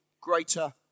greater